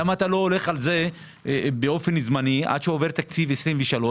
למה אתה לא הולך על זה באופן זמני עד שעובר תקציב 2023,